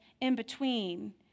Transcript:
in-between